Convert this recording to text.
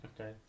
Okay